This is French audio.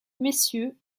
messieurs